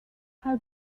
how